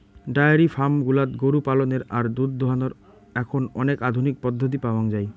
diary farm গুলাত গরু পালনের আর দুধ দোহানোর এখন অনেক আধুনিক পদ্ধতি পাওয়াঙ যাই